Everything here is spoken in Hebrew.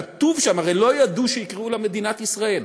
כתוב שם, הרי לא ידעו שיקראו לה מדינת ישראל.